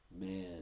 man